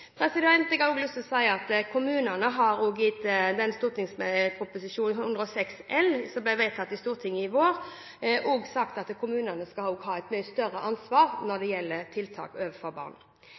Jeg har lyst til å si at i Prop. 106 L for 2012–2013, som ble vedtatt i Stortinget i vår, er det også sagt at kommunene skal ha et mye større ansvar når det gjelder tiltak overfor barn.